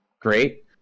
great